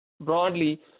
broadly